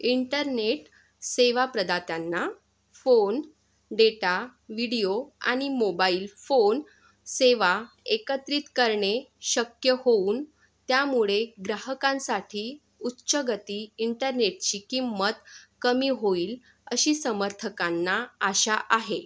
internet सेवा प्रदात्यांना phone data video आणि मोबाइल फोन सेवा एकत्रित करणे शक्य होऊन त्यामुळे ग्राहकांसाठी उच्चगती इंटरनेटची किंमत कमी होईल अशी समर्थकांना आशा आहे